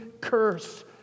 curse